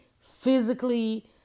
physically